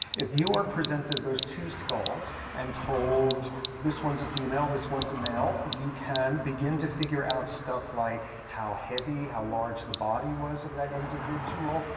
if you are presented those two skulls and told this one's a female, this one's a male, you can begin to figure out stuff like how heavy, how large the body was of that individual,